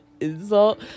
insult